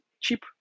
cheap